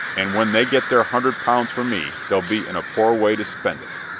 and when they get their hundred pounds for me they'll be in a poor way to spend it.